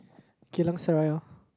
Geylang-Serai lor